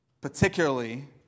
Particularly